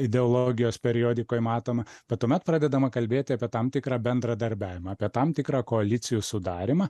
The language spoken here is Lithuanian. ideologijos periodikoj matoma vat tuomet pradedama kalbėti apie tam tikrą bendradarbiavimą apie tam tikrą koalicijų sudarymą